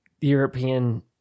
European